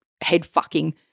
head-fucking